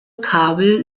kabel